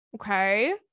Okay